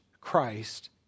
Christ